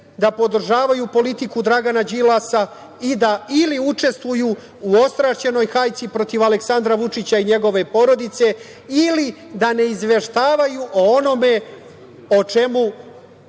da podržavaju politiku Dragana Đilasa i da ili učestvuju u ostrašćenoj hajci protiv Aleksandra Vučića i njegove porodice ili da ne izveštavaju o onome o čemu